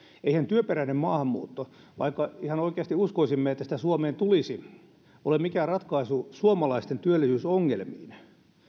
eihän työperäinen maahanmuutto vaikka ihan oikeasti uskoisimme että sitä suomeen tulisi ole mikä ratkaisu suomalaisten työllisyysongelmiin